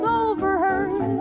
overheard